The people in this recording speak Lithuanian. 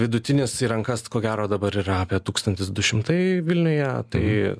vidutinis į rankas ko gero dabar yra apie tūkstantis du šimtai vilniuje tai